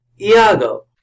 Iago